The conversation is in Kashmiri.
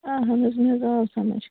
اَہَن حظ مےٚ حظ آو سَمجھ